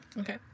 Okay